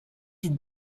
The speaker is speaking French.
une